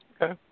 okay